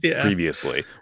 previously